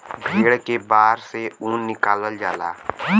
भेड़ के बार से ऊन निकालल जाला